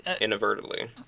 inadvertently